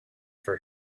for